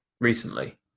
recently